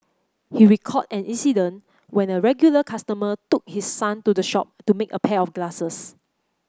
he recalled an incident when a regular customer took his son to the shop to make a pair of glasses